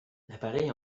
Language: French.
l’appareil